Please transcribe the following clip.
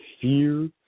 fear